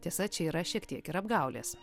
tiesa čia yra šiek tiek ir apgaulės